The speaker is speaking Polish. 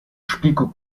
szpiku